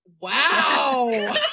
Wow